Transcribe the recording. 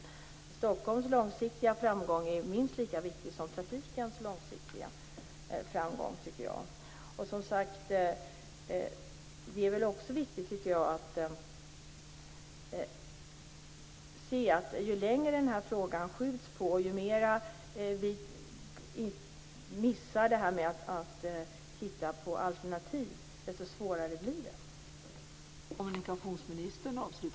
Jag tycker att Stockholms långsiktiga framgång är minst lika viktig som trafikens långsiktiga framgång. Det är väl också viktigt att se att ju längre man skjuter på denna fråga, ju mer vi underlåter att titta på alternativ, desto svårare blir det.